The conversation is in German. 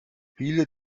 viele